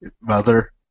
Mother